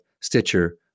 Stitcher